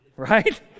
right